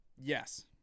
Yes